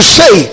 say